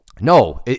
No